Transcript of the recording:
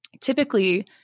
Typically